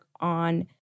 on